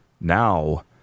now